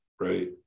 right